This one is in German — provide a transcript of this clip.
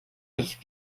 nicht